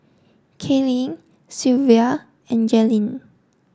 Kaylin Shelvia and Jalynn